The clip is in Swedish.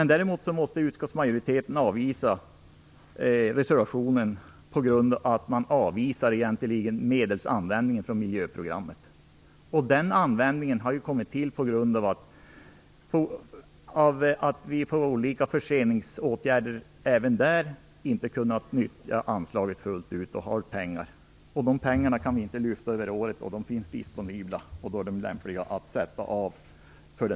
Däremot måste utskottsmajoriteten avstyrka reservationen på grund av att den egentligen avvisar användning av medel från miljöprogrammet. Detta förslag har ju kommit till därför att vi på grund av olika förseningsåtgärder även på detta område inte kunnat nyttja anslaget fullt ut. De pengar vi har kan vi inte lyfta över året, men de finns disponibla. Då är det lämpligt att göra en avsättning.